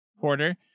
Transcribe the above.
porter